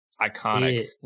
iconic